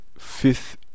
fifth